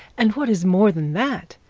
and what is more than that,